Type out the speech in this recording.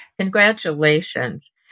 Congratulations